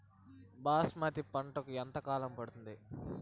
బాస్మతి పంటకు ఎంత కాలం పడుతుంది?